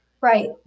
Right